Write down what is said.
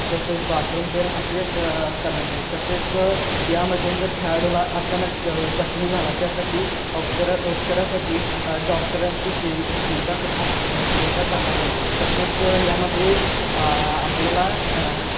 तसेच बाथरूम ते असे करण्यात आहेत तसेच यामध्ये जर खेळाडूला अचानक जखमी झाला त्यासाठी औपचार उपचारासाठी डॉक्टरांची सोयी सुविधा एकच सुविधा करण्यात आली आहे तसेच यामध्ये आपल्याला